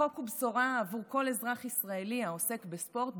החוק הוא בשורה בעבור כל אזרח ישראלי העוסק בספורט,